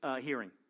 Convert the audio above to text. hearing